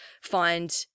find